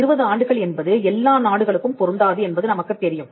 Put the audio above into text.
20 ஆண்டுகள் என்பது எல்லா நாடுகளுக்கும் பொருந்தாது என்பது நமக்குத் தெரியும்